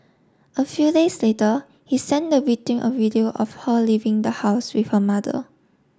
a few days later he sent the victim a video of her leaving the house with her mother